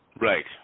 Right